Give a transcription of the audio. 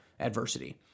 adversity